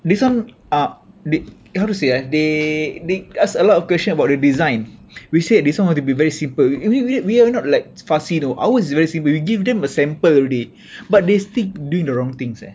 this one uh did how to say eh they did ask a lot of question about the design we said this one want to be very simple we we we're not like fussy you know I was very simple we give them a sample already but they still do the wrong things eh